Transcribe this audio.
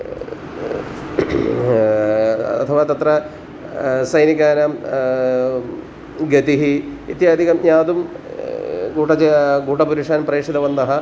अथवा तत्र सैनिकानां गतिः इत्यादिकं ज्ञातुं गूढजा गूढपुरुषान् प्रेषितवन्तः